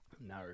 No